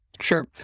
Sure